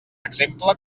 exemple